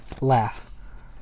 laugh